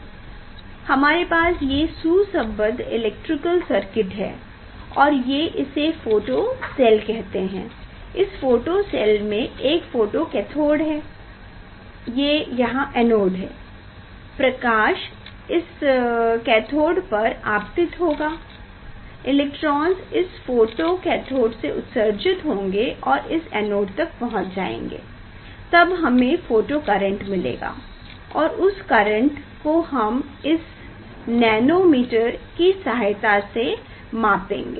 हमारे पास ये सुसंबद्ध इलैक्ट्रिकल सर्किट है और ये इसे फोटो सेल कहते हैं इस फोटो सेल में एक फोटो कैथोड़ है ये यहाँ एनोड है प्रकाश इस कैथोड़े पर आपतित होगा इलेक्ट्रोन्स इस फोटो कैथोड़ से उत्सर्जित होंगे और इस एनोड तक पहुँच जायेंगे तब हमें फोटो करेंट मिलेगा और उस करेंट को हम इस नैनोमीटरकी सहायता से मापेंगे